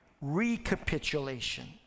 recapitulation